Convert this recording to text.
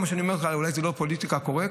מה שאני אומר לך אולי זה לא פוליטיקלי קורקט,